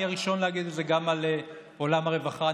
אני הראשון להגיד את זה גם על עולם הרווחה,